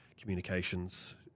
communications